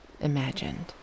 imagined